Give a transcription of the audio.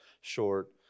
short